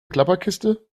klapperkiste